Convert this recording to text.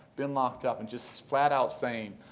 been locked up and just flat out saying,